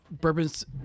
bourbons